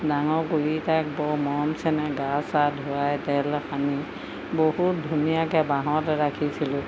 ডাঙৰ কৰি তাক বৰ মৰম চেনেহ গা চা ধুৱাই তেল সানি বহুত ধুনীয়াকৈ বাঁহত ৰাখিছিলোঁ